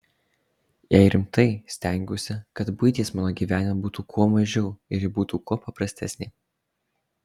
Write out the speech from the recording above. jei rimtai stengiuosi kad buities mano gyvenime būtų kuo mažiau ir ji būtų kuo paprastesnė